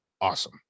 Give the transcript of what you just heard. Awesome